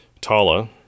Tala